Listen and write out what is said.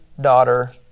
daughter